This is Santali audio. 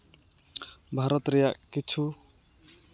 ᱵᱷᱟᱨᱚᱛ ᱨᱮᱭᱟᱜ ᱠᱤᱪᱷᱩ